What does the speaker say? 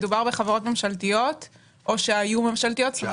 מדובר בחברות ממשלתיות או שהיו ממשלתיות.